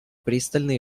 пристально